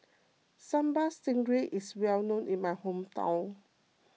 Sambal Stingray is well known in my hometown